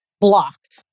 blocked